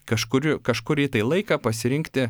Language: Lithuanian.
kažkur kažkurį tai laiką pasirinkti